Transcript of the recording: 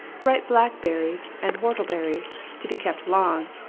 ripe blackberries and whortleberries, to be kept long,